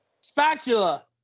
Spatula